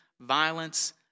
violence